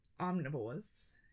omnivores